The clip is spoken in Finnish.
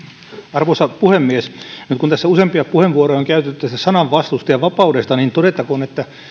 arvoisa puhemies nyt kun tässä useampia puheenvuoroja on käytetty tästä sananvastuusta ja vapaudesta niin todettakoon että